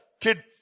kid